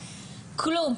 כלום,